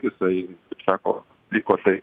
jisai sako vyko tai